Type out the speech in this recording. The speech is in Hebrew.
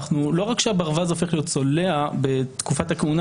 לא רק שהברווז הופך להיות צולע בתקופת הכהונה